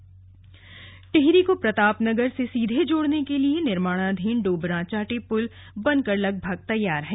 डोबरा चांठी पुल टिहरी को प्रतापनगर से सीधे जोड़ने के लिए निर्माणाधीन डोबराचांठी पुल बनकर लगभग तैयार है